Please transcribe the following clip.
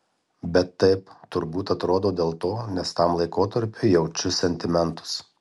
bet taip turbūt atrodo dėl to nes tam laikotarpiui jaučiu sentimentus